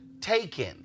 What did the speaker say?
taken